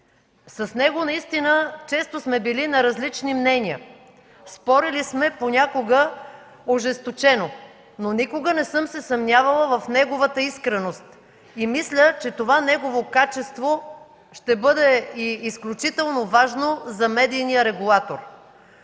С него често сме били на различни мнения. Спорели сме понякога ожесточено, но никога не съм се съмнявала в неговата искреност и мисля, че това негово качество ще бъде изключително важно за медийния регулатор.